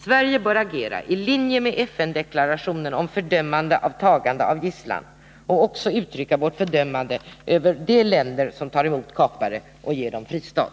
Sverige bör agera i linje med FN-deklarationen om fördömande av tagande av gisslan och också uttrycka vårt lands fördömande av de länder som tar emot kapare och ger dem en fristad.